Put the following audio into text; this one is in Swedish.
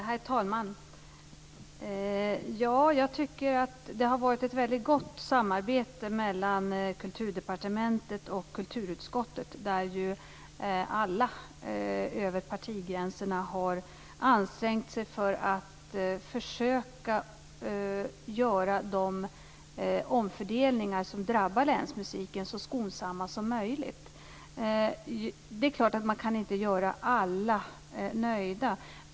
Herr talman! Jag tycker att det har varit ett väldigt gott samarbete mellan Kulturdepartementet och kulturutskottet. Alla har ansträngt sig över partigränserna för att försöka att göra de omfördelningar som drabbar länsmusiken så skonsamma som möjligt. Det är klart att man inte kan göra alla nöjda.